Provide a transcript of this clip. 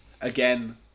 again